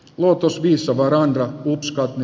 lotus visavaaran kups kaatui